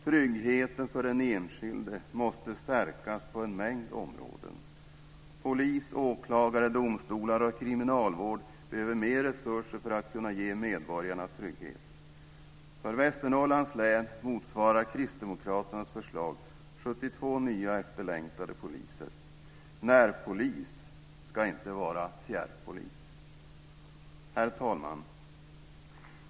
Tryggheten för den enskilda måste stärkas på en mängd områden. Polis, åklagare, domstolar och kriminalvård behöver mer resurser för att kunna ge modborgarna trygghet. För Västernorrlands län motsvarar kristdemokraternas förslag 72 nya efterlängtade poliser. Närpolis ska inte vara fjärrpolis. Herr talman!